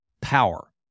power